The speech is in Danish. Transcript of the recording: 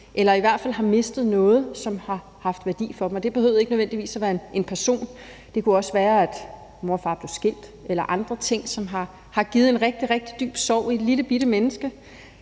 eller som i hvert fald har mistet noget, som har haft værdi for dem, og det behøvede ikke nødvendigvis at være en person. Det kunne også være, at at mor og far blev skilt, eller andre ting, som har givet en rigtig rigtig dyb sorg i lillebitte menneske,